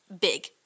big